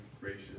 gracious